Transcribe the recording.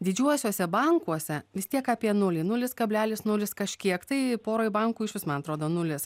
didžiuosiuose bankuose vis tiek apie nulį nulis kablelis nulis kažkiek tai poroj bankų išvis man atrodo nulis